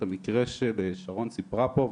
את המקרה ששרון סיפרה פה,